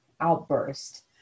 outburst